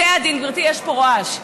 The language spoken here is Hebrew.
בתי הדין, גברתי, יש פה רעש.